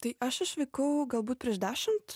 tai aš išvykau galbūt prieš dešimt